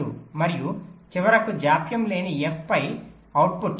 2 మరియు చివరకు జాప్యం లేని F పై అవుట్పుట్